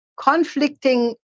conflicting